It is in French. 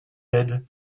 d’aide